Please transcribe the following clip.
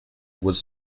was